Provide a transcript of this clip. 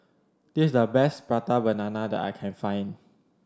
this is the best Prata Banana that I can find